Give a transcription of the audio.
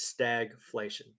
stagflation